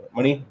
Money